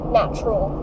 natural